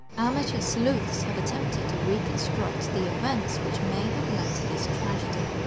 ameteur sleuths have attempted to reconstruct the events which may have led to this tragedy.